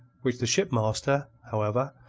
which the shipmaster, however,